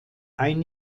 ein